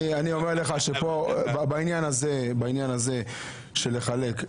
בעניין הזה של לחלק,